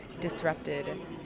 disrupted